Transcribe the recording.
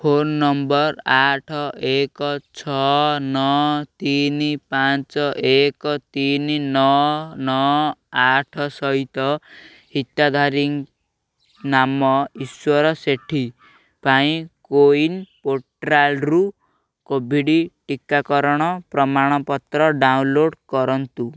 phone number ଆଠ ଏକ ଛଅ ନଅ ତିନି ପାଞ୍ଚ ଏକ ତିନି ନଅ ନଅ ଆଠ ସହିତ ହିତାଧିକାରୀ ନାମ ଈଶ୍ୱର ସେଠୀ ପାଇଁ କୋୱିନ୍ ପୋର୍ଟାଲ୍ରୁ କୋଭିଡ଼୍ ଟିକାକରଣ ପ୍ରମାଣପତ୍ର ଡାଉନଲୋଡ଼୍ କରନ୍ତୁ